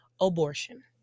Abortion